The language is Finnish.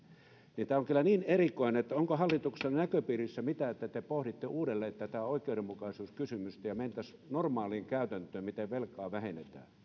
tämä on kyllä niin erikoinen eli onko hallituksella näköpiirissä mitään että te pohditte uudelleen tätä oikeudenmukaisuuskysymystä ja sitä että mentäisiin normaaliin käytäntöön siinä miten velkaa vähennetään